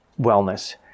wellness